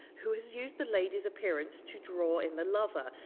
who has used the lady's appearance to draw in the lover,